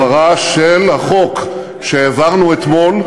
העברה של החוק שהעברנו אתמול,